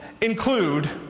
include